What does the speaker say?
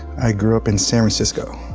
i grew up in san francisco,